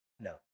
No